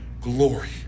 glory